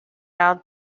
out